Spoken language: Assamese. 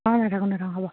অঁ নাথাকোঁ নাথাকোঁ হ'ব